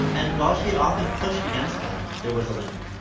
and while she had often pushed against them, there was a limit.